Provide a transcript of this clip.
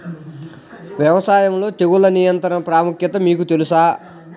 వ్యవసాయంలో తెగుళ్ల నియంత్రణ ప్రాముఖ్యత మీకు తెలుసా?